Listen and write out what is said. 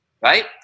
right